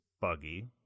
buggy